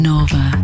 Nova